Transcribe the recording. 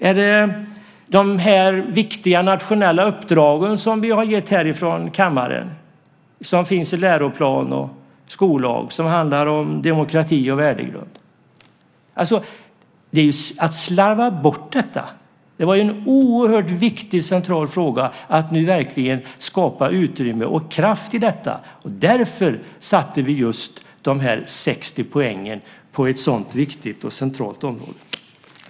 Är det de viktiga nationella uppdrag som vi har gett härifrån riksdagen och som finns i läroplan och skollag och som handlar om demokrati och värdegrund? Det innebär att man slarvar bort detta. Det var en oerhört viktig och central fråga att nu verkligen skapa utrymme och kraft i detta. Och därför satte vi just dessa 60 poäng på ett sådant viktigt och centralt område.